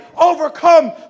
overcome